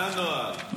מה הנוהל?